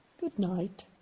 goodnight.